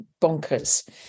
bonkers